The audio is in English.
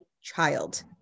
child